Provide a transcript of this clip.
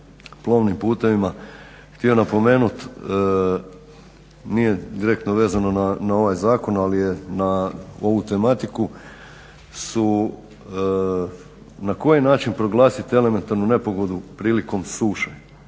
na koji način proglasiti elementarnu nepogodu prilikom suše.